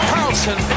Carlson